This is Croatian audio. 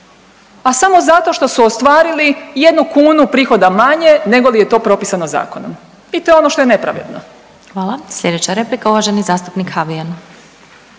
a samo zato što su ostvarili jednu kunu prihoda manje nego li je to propisano zakonom i to je ono što je nepravedno. **Glasovac, Sabina (SDP)** Hvala. Sljedeća replika uvaženi zastupnik Habijan.